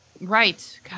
Right